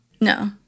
No